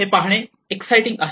हे पाहणे एक्ससिटिंग आहे